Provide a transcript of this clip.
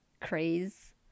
craze